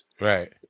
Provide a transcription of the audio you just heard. right